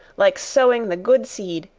like sowing the good seed,